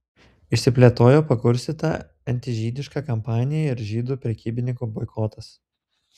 išsiplėtojo pakurstyta antižydiška kampanija ir žydų prekybininkų boikotas